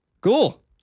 cool